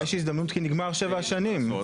יש הזדמנות כי נגמרו שבע השנים.